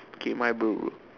okay my bro